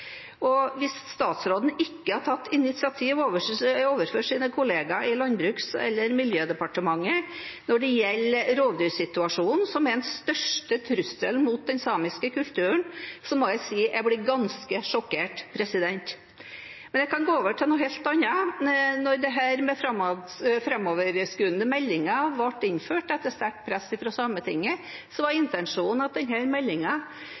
Hvis statsråden ikke har tatt initiativ overfor sine kollegaer i Landbruksdepartementet eller Klima- og miljødepartementet når det gjelder rovdyrsituasjonen, som er den største trusselen mot den samiske kulturen, må jeg si jeg blir ganske sjokkert. Men jeg kan gå over til noe helt annet. Når en framoverskuende stortingsmelding ble innført, etter sterkt press